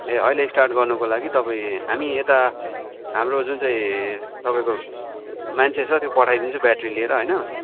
ए अहिले स्टार्ट गर्नुको लागि तपाईँ हामी यता हाम्रो जुन चाहिँ तपाईँको मान्छे छ त्यो पठाइदिन्छौँ ब्याट्री लिएर होइन